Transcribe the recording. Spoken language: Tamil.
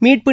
மீட்பு